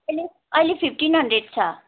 ए अहिले fifteen hundred छ